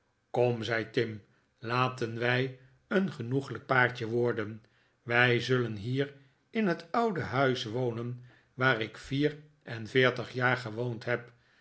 kom zei tim laten wij een genoeglijk paartje worden wij zullen hier in het oude huis wonen waar ik vier en veertig jaar gewoond heb